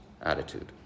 attitude